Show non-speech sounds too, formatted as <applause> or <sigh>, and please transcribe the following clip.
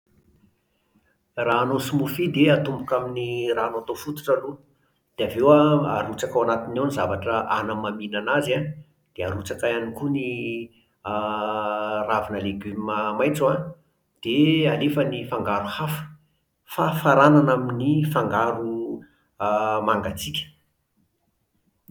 Raha hanao smoothie dia atomboka amin'ny rano hatao fototra aloha. Dia avy eo an <hesitation> arotsaka ao anatiny ao ny zavatra hanamamina an'azy an. Dia arotsaka ihany koa ny <hesitation> a <hesitation> ravina legioma maitso an. Dia <hesitation> alefa ny fangaro hafa. Fa faranana amin'ny fangaro <hesitation> a <hesitation> mangatsiaka